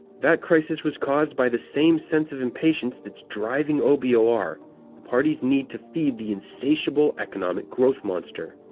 that crisis was caused by the same sense of impatience that's driving o b o r the party's need to feed the insatiable economic growth monster.